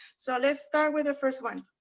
so let's start with the first one.